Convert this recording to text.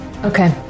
Okay